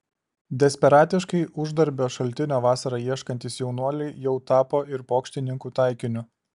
desperatiškai uždarbio šaltinio vasarai ieškantys jaunuoliai jau tapo ir pokštininkų taikiniu